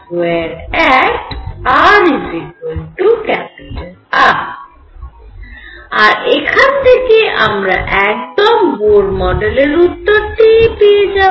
rR আর এখান থেকে আমরা একদম বোর মডেলের উত্তরটিই পাবো